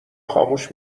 خاموش